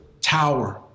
tower